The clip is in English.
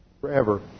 forever